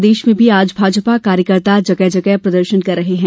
प्रदेश में भी आज भाजपा कार्यकर्ता जगह जगह प्रदर्शन कर रहे हैं